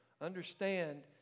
Understand